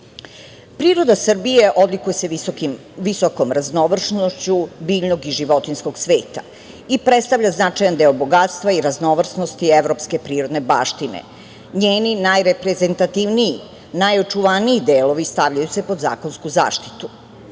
sredini. Priroda Srbije odlikuje se visokom raznovrsnošću biljnog i životinjskog sveta i predstavlja značajan deo bogatstva i raznovrsnosti evropske prirodne baštine. Njeni najreprezentativniji, najočuvaniji delovi stavljaju se pod zakonsku zaštitu.